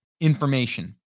information